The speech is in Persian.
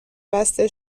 بسته